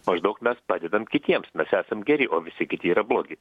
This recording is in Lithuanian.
maždaug mes padedam kitiems mes esam geri o visi kiti yra blogi